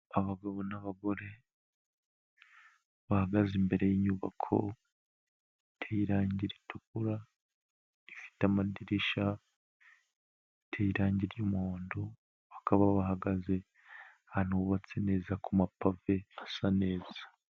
Abagabo n'abagore bahagaze imbere y'inyubako ifite irange ritukura, rifite amadirishya, iteye irangi ry'umuhondo, bakaba bahagaze ahantu hubatse neza kuma pave asa neza.